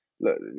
Look